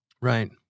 Right